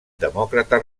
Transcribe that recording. demòcrata